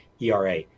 ERA